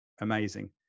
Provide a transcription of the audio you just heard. amazing